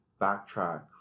backtrack